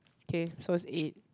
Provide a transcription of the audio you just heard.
okay so it's eight